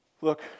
Look